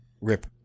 rip